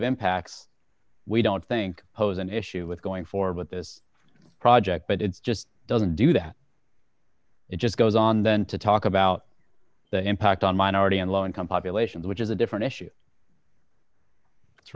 impacts we don't think pose an issue with going forward with this project but it's just doesn't do that it just goes on then to talk about the impact on minority and low income populations which is a different issue it's